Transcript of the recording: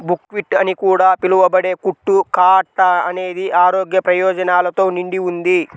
buckwheat అని కూడా పిలవబడే కుట్టు కా అట్ట అనేది ఆరోగ్య ప్రయోజనాలతో నిండి ఉంది